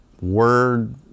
word